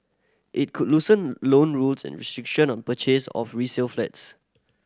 it could loosen loan rules and restriction on purchase of resale flats